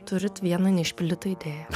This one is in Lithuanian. turit vieną neišpildytą idėją